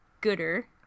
gooder